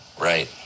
right